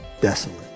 desolate